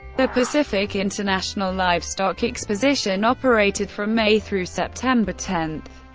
the pacific international livestock exposition operated from may through september ten,